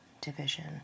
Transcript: Division